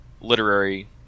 literary